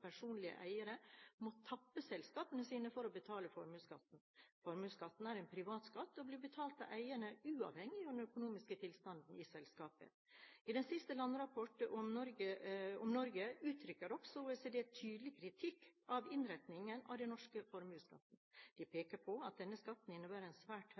personlige eierne må tappe selskapene sine for å betale formuesskatten. Formuesskatten er en privat skatt og blir betalt av eierne, uavhengig av den økonomiske tilstanden til selskapet. I den siste landrapporten om Norge uttrykker også OECD tydelig kritikk av innretningen på den norske formuesskatten. En peker på at denne skatten innebærer svært